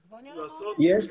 ראשית,